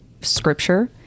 Scripture